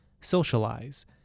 socialize